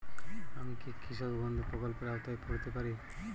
আমি কি কৃষক বন্ধু প্রকল্পের আওতায় পড়তে পারি?